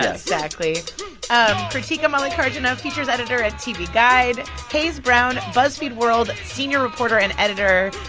exactly krutika mallikarjuna, features editor at tv guide hayes brown, buzzfeed world senior reporter and editor.